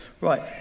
Right